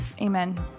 Amen